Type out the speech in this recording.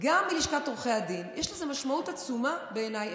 גם מלשכת עורכי הדין יש לזה משמעות עצומה בעיניי.